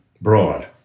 broad